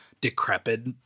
decrepit